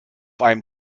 einem